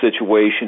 situation